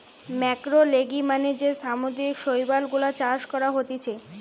ম্যাক্রোলেগি মানে যে সামুদ্রিক শৈবাল গুলা চাষ করা হতিছে